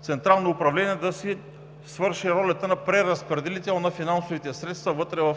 Централно управление да си свърши ролята на преразпределител на финансовите средства в състава